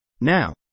Now